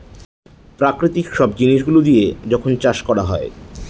প্রাকৃতিক সব জিনিস গুলো দিয়া যখন চাষ করা হয়